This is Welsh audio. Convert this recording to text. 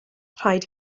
rhaid